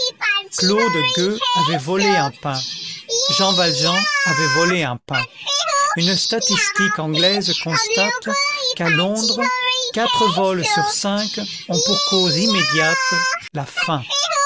claude gueux avait volé un pain jean valjean avait volé un pain une statistique anglaise constate qu'à londres quatre vols sur cinq ont pour cause immédiate la faim